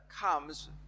comes